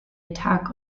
attack